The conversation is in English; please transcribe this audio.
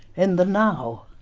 in the now